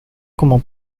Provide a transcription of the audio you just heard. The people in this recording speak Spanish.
como